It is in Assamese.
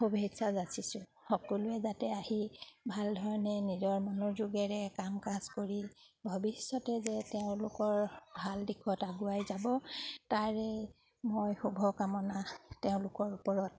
শুভেচ্ছা যাচিছোঁ সকলোৱে যাতে আহি ভাল ধৰণে নিজৰ মনৰ যোগেৰে কাম কাজ কৰি ভৱিষ্যতে যে তেওঁলোকৰ ভাল দিশত আগুৱাই যাব তাৰে মই শুভ কামনা তেওঁলোকৰ ওপৰত